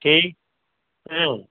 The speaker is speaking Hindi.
ठीक हाँ